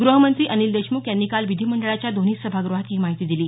ग्रहमंत्री अनिल देशमुख यांनी काल विधिमंडळाच्या दोन्ही सभाग्रहांत ही माहिती दिली